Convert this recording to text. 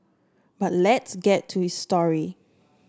but let's get to his story